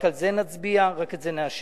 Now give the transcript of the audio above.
רק על זה נצביע, רק את זה נאשר.